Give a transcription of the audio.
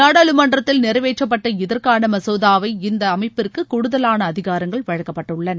நாடாளுமன்றத்தில் நிறைவேற்றப்பட்ட இதற்கான மசோதாவை இந்த அமைப்பிற்கு கூடுதலான அதிகாரங்கள் வழங்கப்பட்டுள்ளன